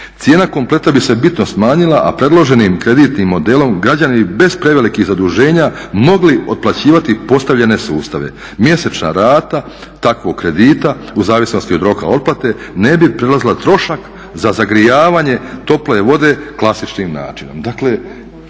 cijena kompleta bi se bitno smanjila, a predloženim kreditnim modelom građani bez prevelikih zaduženja mogli otplaćivati postavljene sustave. Mjesečna rata takvog kredita u zavisnosti od roka otplate ne bi prelazila trošak za zagrijavanje tople vode klasičnim načinom.